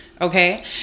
okay